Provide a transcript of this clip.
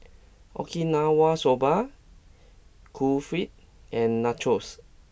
Okinawa Soba Kulfi and Nachos